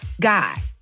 Guy